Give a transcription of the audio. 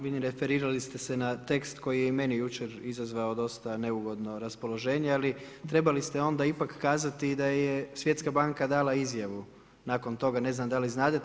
Vidim referirali ste se na tekst koji je i meni jučer izazvao dosta neugodno raspoloženje, ali trebali ste onda ipak kazati da je Svjetska banka dala izjavu nakon toga ne znam da li znadete.